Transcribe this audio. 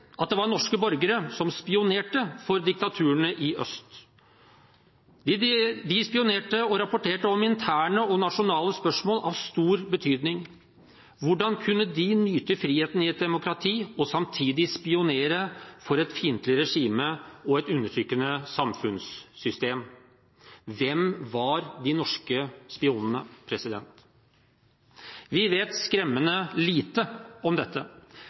at det var norske borgere som spionerte for diktaturene i øst. De spionerte og rapporterte om interne og nasjonale spørsmål av stor betydning. Hvordan kunne de nyte friheten i et demokrati og samtidig spionere for et fiendtlig regime og et undertrykkende samfunnssystem? Hvem var de norske spionene? Vi vet skremmende lite om dette.